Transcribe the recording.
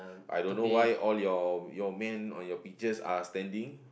I don't know why all your your man on your pictures are standing